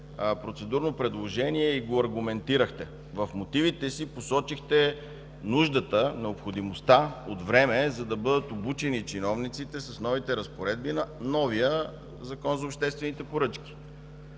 процедурно предложение и го аргументирахте. В мотивите си посочихте нуждата, необходимостта от време, за да бъдат обучени чиновниците с новите разпоредби на новия Закон за обществените поръчки.